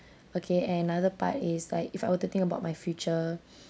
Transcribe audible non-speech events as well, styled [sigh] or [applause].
[breath] okay and another part is like if I were to think about my future [breath]